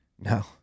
No